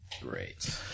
Great